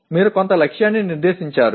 మీరు కొంత లక్ష్యాన్ని నిర్దేశించారు